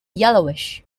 yellowish